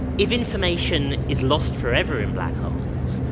if information is lost forever in black holes,